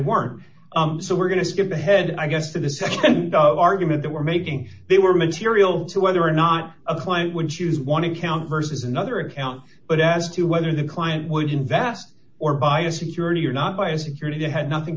weren't so we're going to skip ahead i guess to the nd of argument that we're making they were material to whether or not a client when choose one account versus another account but as to whether the client would invest or buy a security or not buy a security they had nothing